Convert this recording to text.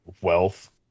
wealth